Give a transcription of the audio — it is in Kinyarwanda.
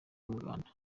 umuganda